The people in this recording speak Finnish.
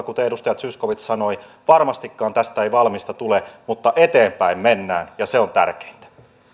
kuten edustaja zyskowicz sanoi varmastikaan tästä ei valmista tule mutta eteenpäin mennään ja se on tärkeintä